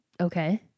Okay